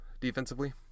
defensively